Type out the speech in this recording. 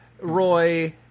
Roy